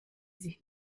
sich